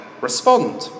respond